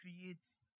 creates